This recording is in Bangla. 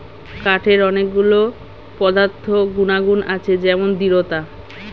কাঠের অনেক গুলো পদার্থ গুনাগুন আছে যেমন দৃঢ়তা